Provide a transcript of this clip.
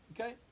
Okay